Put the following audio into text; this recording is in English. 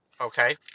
Okay